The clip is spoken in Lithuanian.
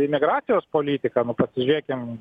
imigracijos politiką nu pasižiūrėkim